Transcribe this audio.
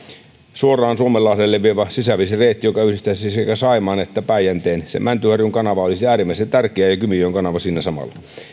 suoraan suomenlahdelle vievä sisävesireitti joka yhdistäisi sekä saimaan että päijänteen mäntyharjun kanava olisi äärimmäisen tärkeä ja kymijoen kanava siinä samalla